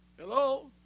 hello